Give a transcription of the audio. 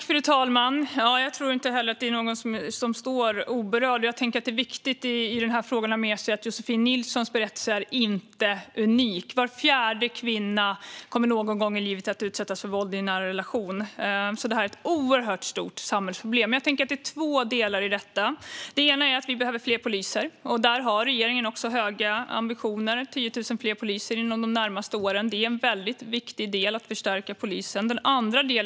Fru talman! Jag tror inte heller att någon står oberörd. I den här frågan är det viktigt att ha med sig att Josefin Nilssons berättelse inte är unik. Var fjärde kvinna kommer någon gång i livet att utsättas för våld i en nära relation. Detta är alltså ett oerhört stort samhällsproblem. Jag tänker mig att det handlar om två delar. Den ena är att vi behöver fler poliser. Där har regeringen också höga ambitioner: 10 000 fler poliser inom de närmaste åren. Att förstärka polisen är en väldigt viktig del.